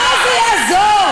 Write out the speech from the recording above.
מה זה יעזור?